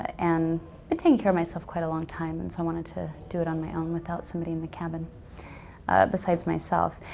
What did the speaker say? and been taking care of myself quite a long time and so i wanted to do it on my own without somebody in the cabin besides myself.